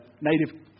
native